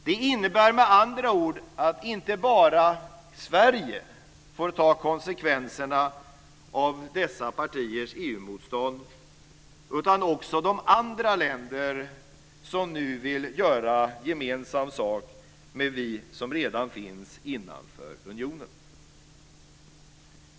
Det innebär med andra ord att inte bara Sverige får ta konsekvenserna av dessa partiers EU-motstånd, utan också de andra länder som nu vill göra gemensam sak med oss som redan finns innanför unionen.